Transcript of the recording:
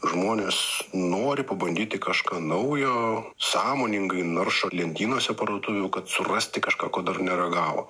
žmonės nori pabandyti kažką naujo sąmoningai naršo lentynose parduotuvių kad surasti kažką ko dar neragavo